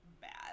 bad